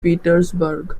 petersburg